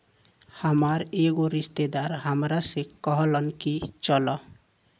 हामार एगो रिस्तेदार हामरा से कहलन की चलऽ